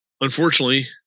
Unfortunately